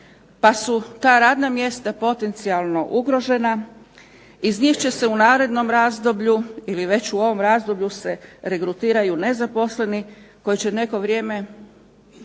pa su ta radna mjesta potencijalno ugrožena. Iz njih će se u narednom razdoblju ili već u ovom razdoblju se regrutiraju nezaposleni koji će neko vrijeme